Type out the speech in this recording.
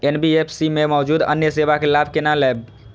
NBFC में मौजूद अन्य सेवा के लाभ केना लैब?